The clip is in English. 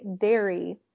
dairy